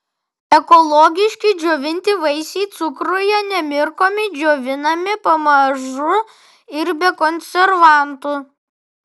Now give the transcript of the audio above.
ekologiški džiovinti vaisiai cukruje nemirkomi džiovinami pamažu ir be konservantų